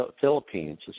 philippines